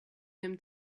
him